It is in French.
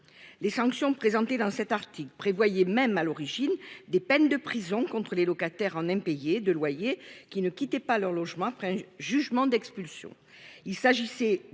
Les sanctions présentées dans cet article prévoyait même à l'origine des peines de prison contre les locataires en impayés de loyers qui ne quittaient pas leur logement après un jugement d'expulsion.